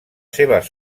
seves